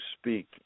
speak